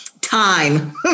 time